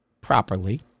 properly